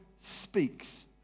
speaks